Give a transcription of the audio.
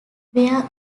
where